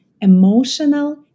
emotional